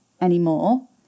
anymore